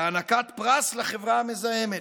בהענקת פרס לחברה המזוהמת.